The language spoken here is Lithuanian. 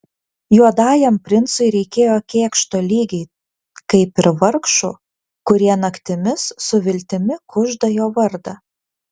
juodajam princui reikėjo kėkšto lygiai kaip ir vargšų kurie naktimis su viltimi kužda jo vardą